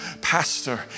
pastor